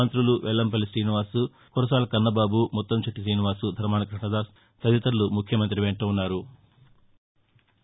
మంతులు వెల్లంపల్లి శ్రీనివాస్ కురసాల కన్నబాబు ముత్తం శెట్టి గ్రీనివాస్ ధర్మాన కృష్ణదాస్ తదితరులు ముఖ్యమంతి వెంట ఉన్నారు